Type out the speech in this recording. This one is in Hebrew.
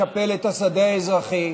לקפל את השדה האזרחי.